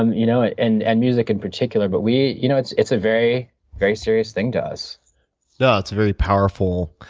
and you know ah and and music in particular, but you know it's it's a very very serious thing to us. yeah, it's a very powerful,